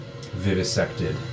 vivisected